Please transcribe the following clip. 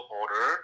order